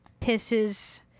pisses